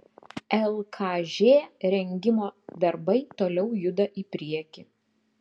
lkž rengimo darbai toliau juda į priekį